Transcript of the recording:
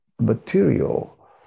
material